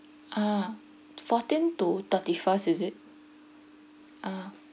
ah fourteen to thirty first is it ah